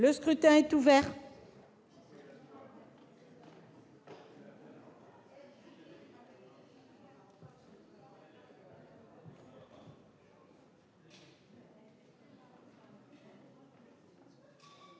Le scrutin est ouvert.